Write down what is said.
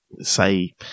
say